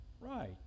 Right